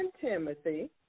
Timothy